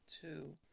two